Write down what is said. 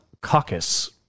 Caucus